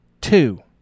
two